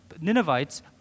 Ninevites